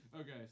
Okay